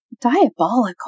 diabolical